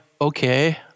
okay